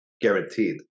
guaranteed